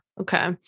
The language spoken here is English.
Okay